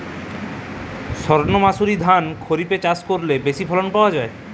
সর্ণমাসুরি ধান খরিপে চাষ করলে বেশি ফলন পাওয়া যায়?